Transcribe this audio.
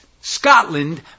Scotland